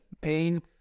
pain